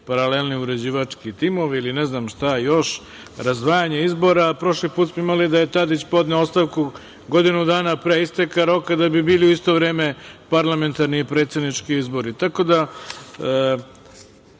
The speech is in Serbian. paralelni uređivački timovi ili ne znam šta još, razdvajanje izbora. Prošli put smo imali da je Tadić podneo ostavku godinu dana pre isteka roka da bi bili u isto vreme parlamentarni i predsednički izbori. To sve